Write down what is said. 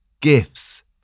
gifts